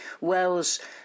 Wells